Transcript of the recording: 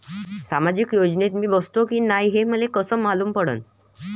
सामाजिक योजनेत मी बसतो की नाय हे मले कस मालूम पडन?